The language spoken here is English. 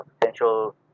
potential